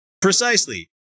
Precisely